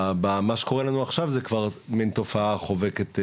במה שקורה לנו עכשיו זו כבר תופעה חובקת,